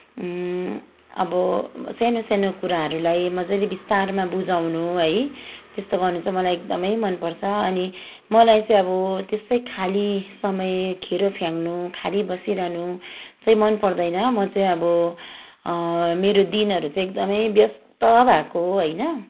अब सानो सानो कुराहरूलाई मज्जाले विस्तारमा बुझाउनु है त्यस्तो गर्नु चाहिँ मलाई एकदमै मनपर्छ अनि मलाई चाहिँ अब त्यस्तै खाली समय खेरो फ्याँक्नु खाली बसिरहनु चाहिँ मनपर्दैन मचाहिँ अब मेरो दिनहरू चाहिँ एकदमै व्यस्त भएको होइन